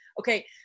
Okay